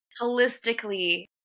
holistically